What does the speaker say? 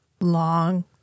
long